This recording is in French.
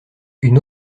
une